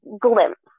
glimpse